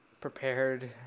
prepared